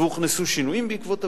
והוכנסו שינויים בעקבות הביקורת,